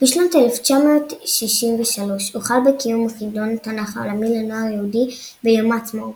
בשנת 1963 הוחל בקיום חידון התנ"ך העולמי לנוער יהודי ביום העצמאות.